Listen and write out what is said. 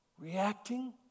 Reacting